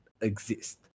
exist